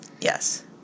Yes